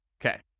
Okay